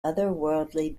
otherworldly